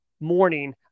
morning